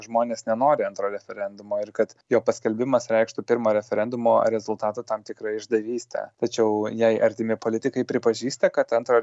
žmonės nenori antro referendumo ir kad jo paskelbimas reikštų pirmo referendumo rezultatų tam tikrą išdavystę tačiau jai artimi politikai pripažįsta kad antrojo